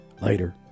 Later